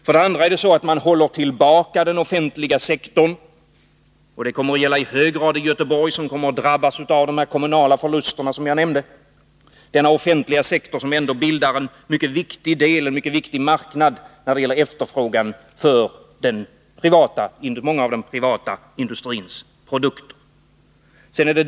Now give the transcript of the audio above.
För det andra håller man tillbaka den offentliga sektorn, och det kommer att gälla i hög grad i Göteborg, som drabbas av de kommunala förlusterna jag tidigare nämnde, denna offentliga sektor som ändå utgör en mycket viktig marknad när det gäller efterfrågan på många av den privata industrins produkter.